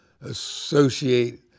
associate